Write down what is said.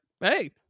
hey